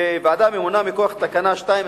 ועדה ממונה מכוח תקנה 2,